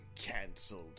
cancelled